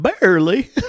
barely